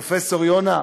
פרופסור יונה,